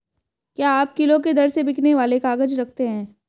क्या आप किलो के दर से बिकने वाले काग़ज़ रखते हैं?